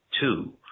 two